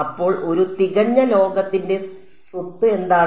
അപ്പോൾ ഒരു തികഞ്ഞ ലോഹത്തിന്റെ സ്വത്ത് എന്താണ്